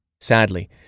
Sadly